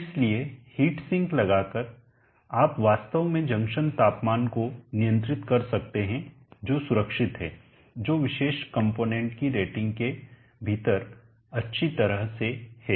इसलिए heat sink लगाकर आप वास्तव में जंक्शन तापमान को नियंत्रित कर सकते हैं जो सुरक्षित है जो विशेष कंपोनेंट की रेटिंग के भीतर अच्छी तरह से है